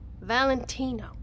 Valentino